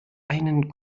einen